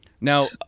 Now